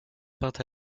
peintes